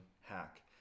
hack